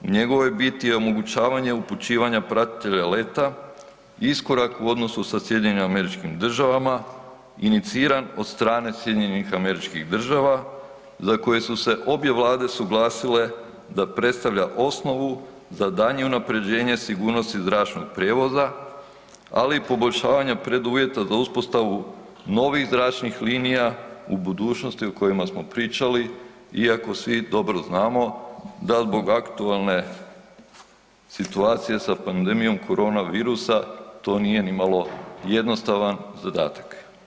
U njegovoj biti je omogućavanje upućivanja pratitelja leta, iskorak u odnosu sa SAD-om iniciran od strane SAD-a za koje su se obje vlade suglasile da predstavlja osnovu za daljnje unaprjeđenje sigurnosti zračnog prijevoza, ali i poboljšavanje preduvjeta za uspostavu novih zračnih linija u budućnosti o kojima smo pričali, iako svi dobro znamo da zbog aktualne situacije sa pandemijom koronavirusa to nije nimalo jednostavan zadatak.